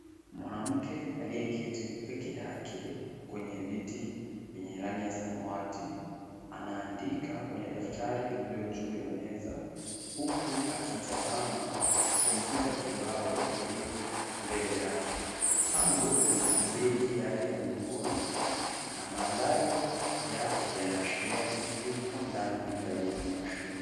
Mwanamke aliye keti peke yake kwenye viti vyenye rangi ya samawati anaandika kwenye daftari lililo juu ya meza. Huku akitazama kompyuta kibao iliyo mbele yake. Kando kuna begi yake ya mgongoni na mandhari yake yanaashiria yuko ndani ya gari ya moshi